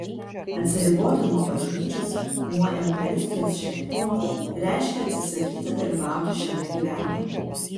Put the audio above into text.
atsiriboti nuo bažnyčios nuo eucharistijos šventimo reiškia atsisakyti dalyvauti šiame gyvenime